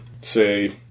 Say